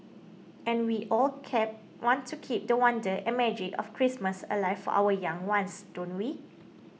and we all kept want to keep the wonder and magic of Christmas alive for our young ones don't we